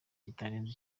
kitarenze